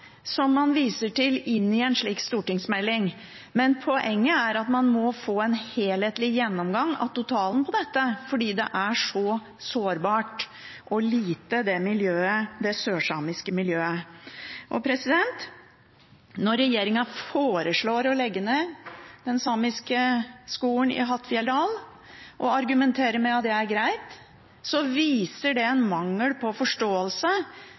som man viser til i en slik stortingsmelding, men poenget er at man må få en helthetlig gjennomgang av totalen av dette, fordi det sørsamiske miljøet er så sårbart og lite. Når regjeringen foreslår å legge ned den samiske skolen i Hattfjelldal og argumenterer med at det er greit, viser det en mangel på forståelse